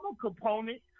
component